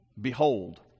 behold